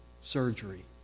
surgery